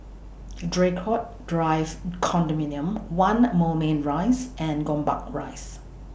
Draycott Drive Condominium one Moulmein Rise and Gombak Rise